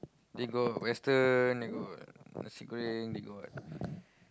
they got western they got Nasi-Goreng they got